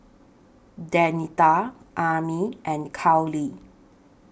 Danita Armin and Carley